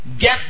Get